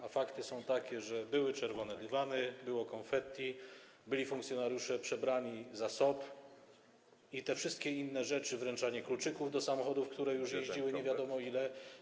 A fakty są takie, że były czerwone dywany, było konfetti, byli funkcjonariusze przebrani za SOP i te wszystkie inne rzeczy, wręczanie kluczyków do samochodów, które już jeździły nie wiadomo ile.